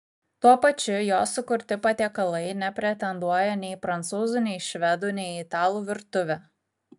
tuo pačiu jo sukurti patiekalai nepretenduoja nei į prancūzų nei į švedų nei į italų virtuvę